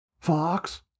Fox